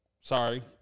sorry